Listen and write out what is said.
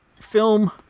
film